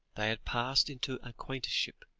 they had passed into acquaintanceship,